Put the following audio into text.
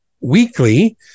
Weekly